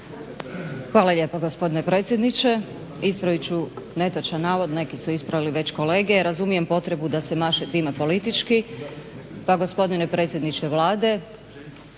Hvala lijepa gospodine predsjedniče. Ispravit ću netočan navod, neki su ispravili već kolege. Razumijem potrebu da se maše time politički. Pa gospodine predsjedniče Vlade